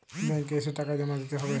Bank এ এসে টাকা জমা দিতে হবে?